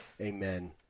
amen